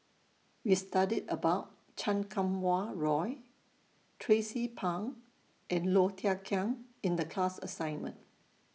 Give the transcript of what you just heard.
We studied about Chan Kum Wah Roy Tracie Pang and Low Thia Khiang in The class assignment